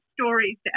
stories